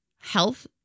health